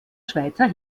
schweizer